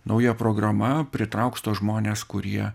nauja programa pritrauks tuos žmones kurie